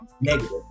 negative